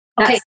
Okay